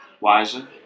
wiser